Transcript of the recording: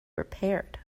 repaired